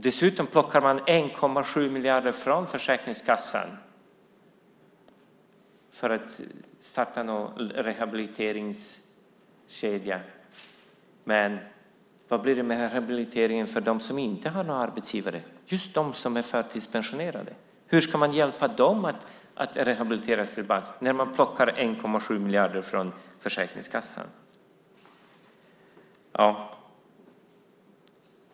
Dessutom plockar man 1,7 miljarder från Försäkringskassan för att starta något slags rehabiliteringskedja. Men hur blir det med rehabiliteringen av dem som inte har någon arbetsgivare, just de som är förtidspensionerade? Hur ska de rehabiliteras när man plockar 1,7 miljarder från Försäkringskassan?